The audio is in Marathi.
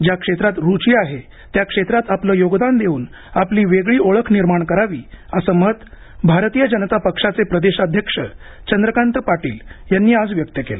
ज्या क्षेत्रात रुची आहे त्या क्षेत्रात आपलं योगदान देऊन आपली वेगळी ओळख निर्माण करावी असं मत भारतीय जनता पक्षाचे प्रदेशाध्यक्ष चंद्रकांत पाटील यांनी आज व्यक्त केलं